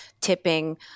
tipping